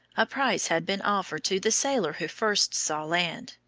a prize had been offered to the sailor who first saw land,